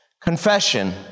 Confession